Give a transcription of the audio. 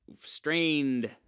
strained